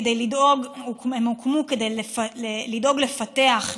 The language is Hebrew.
הוקמו כדי לדאוג לפתח,